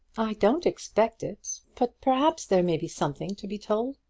i don't expect it but perhaps there may be something to be told.